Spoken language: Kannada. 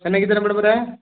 ಚೆನ್ನಾಗಿದೀರ ಮೇಡಮ್ ಅವರೇ